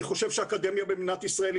אני חושב שהאקדמיה במדינת ישראל היא